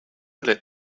let